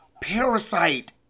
Parasite